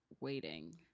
waiting